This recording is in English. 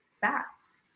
fats